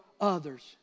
others